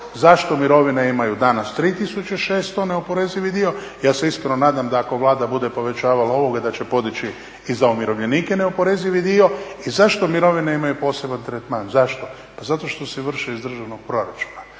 zašto mirovine imaju danas 3600 neoporezivi dio. Ja se iskreno nadam da ako Vlada bude povećavala ovo, da će podići i za umirovljenike neoporezivi dio. I zašto mirovine imaju poseban tretman? Zašto? Pa zato što se vrše iz državnog proračuna.